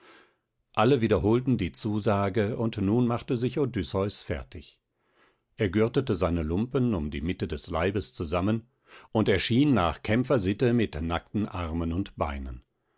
alle wiederholten die zusage und nun machte sich odysseus fertig er gürtete seine lumpen um die mitte des leibes zusammen und erschien nach kämpfersitte mit nackten armen und beinen